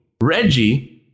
Reggie